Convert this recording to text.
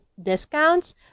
discounts